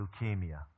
leukemia